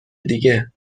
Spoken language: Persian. دیگه